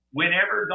whenever